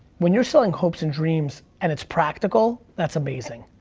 when you're selling hopes and dreams, and it's practical, that's amazing.